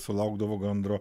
sulaukdavo gandro